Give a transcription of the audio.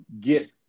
get